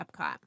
Epcot